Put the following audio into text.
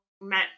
met